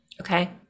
Okay